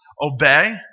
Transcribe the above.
obey